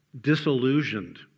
disillusioned